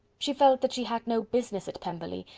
she felt that she had no business at pemberley,